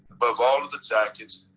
above all of the jackets,